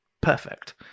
perfect